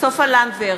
סופה לנדבר,